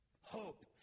hope